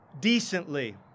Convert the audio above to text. Decently